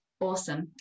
Awesome